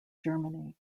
germany